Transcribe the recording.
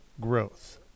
growth